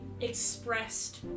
expressed